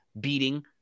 beating